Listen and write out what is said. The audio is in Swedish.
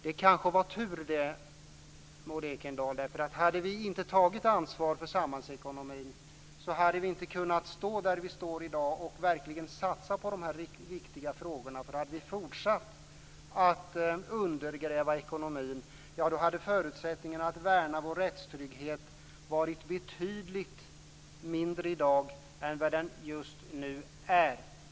Det kanske var tur det, Maud Ekendahl. Om vi inte tagit ansvar för samhällsekonomin hade vi inte kunnat stå där vi står i dag och satsa på dessa viktiga frågor. Om vi fortsatt att undergräva ekonomin hade förutsättningarna att värna vår rättstrygghet varit betydligt mindre i dag än vad de just nu är.